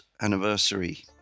Anniversary